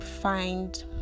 find